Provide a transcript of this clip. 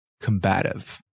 combative